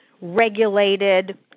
regulated